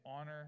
honor